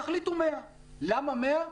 תחליט 100. למה 100?